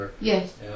yes